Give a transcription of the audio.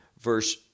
verse